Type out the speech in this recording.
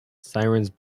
sirens